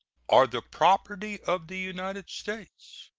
are the property of the united states.